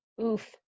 Oof